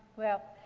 well,